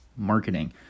marketing